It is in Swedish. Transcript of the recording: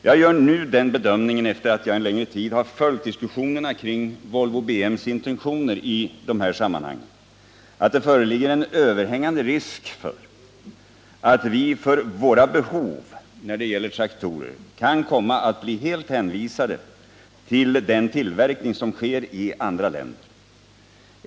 Jag gör nu den bedömningen efter det att jag en längre tid har följt diskussionerna kring Volvo BM:s intentioner i dessa sammanhang, att det föreligger en överhängande risk för att vi för våra behov när det gäller traktorer kommer att bli helt hänvisade till den tillverkning som sker i andra länder.